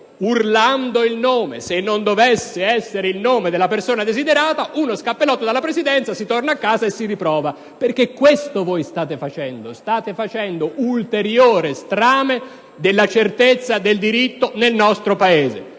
urlando il nome. E se non dovesse essere pronunciato il nome della persona desiderata, uno «scappellotto» dalla Presidenza, si torna a casa e si riprova. Perché state facendo proprio questo: un ulteriore strame della certezza del diritto nel nostro Paese.